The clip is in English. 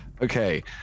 Okay